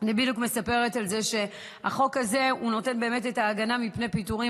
יכולה לומר לכם שכל שהן מבקשות זה שבשנה הראשונה,